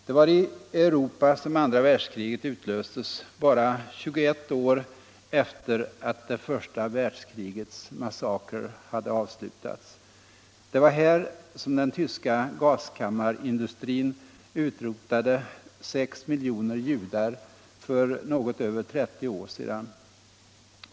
Det var i Europa som andra världskriget utlöstes bara 21 år efter att det första världskrigets massakrer hade avslutats. Det var här som den tyska gaskammarindustrin utrotade 6 miljoner judar för något över 30 år sedan.